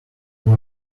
over